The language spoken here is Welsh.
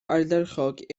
ardderchog